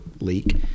leak